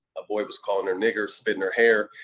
a boy was calling her nigger, spit in her hair,